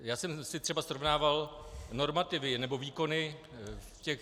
Já jsem si třeba srovnával normativy nebo výkony v těch...